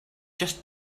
just